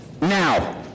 now